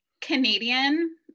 Canadian